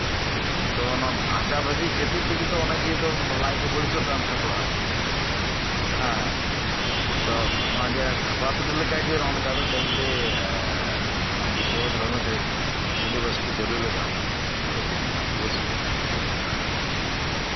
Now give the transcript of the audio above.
ᱛᱚ ᱱᱤᱭᱟᱹ ᱵᱷᱟᱡᱟᱼᱵᱷᱟᱹᱡᱤ ᱠᱷᱟᱹᱛᱤᱨ ᱛᱮᱜᱮ ᱛᱚ ᱚᱱᱟ ᱤᱭᱟᱹ ᱫᱚ ᱞᱟᱡᱽ ᱠᱚ ᱵᱟᱲᱤᱡᱚᱜ ᱠᱟᱱ ᱛᱟᱠᱚᱣᱟ ᱦᱮᱸᱜ ᱚᱱᱟ ᱡᱮ ᱱᱚᱶᱟ ᱛᱷᱟᱯᱲᱟ ᱯᱤᱴᱷᱟᱹ ᱞᱮᱠᱟ ᱱᱚᱶᱟ ᱵᱤᱥᱥᱚᱵᱷᱟᱨᱚᱛᱤ ᱨᱮ ᱢᱤᱫᱴᱮᱱ ᱥᱤᱞᱮᱵᱟᱥ ᱠᱚ ᱪᱟᱞᱩ ᱞᱮᱠᱷᱟᱱ ᱟᱹᱰᱤ ᱵᱮᱥᱠᱟᱜᱼᱟ ᱮᱵᱚᱝ ᱱᱟᱯᱟᱭ ᱠᱚᱜᱼᱟ